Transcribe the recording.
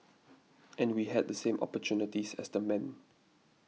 and we had the same opportunities as the men